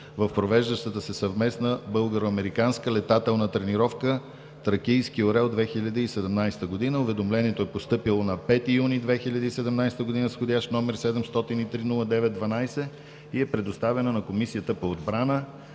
в провеждащата се съвместна българо-американска летателна тренировка „Тракийски орел 2017“. Уведомлението е постъпило на 5 юни 2017 г. с вх. № 703-09-12 и е предоставено на Комисията по отбраната.